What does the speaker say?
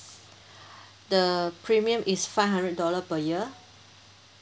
the premium is five hundred dollar per year